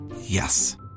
Yes